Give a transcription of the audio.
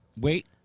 Wait